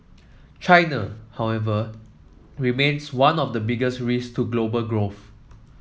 China however remains one of the biggest risks to global growth